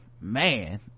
man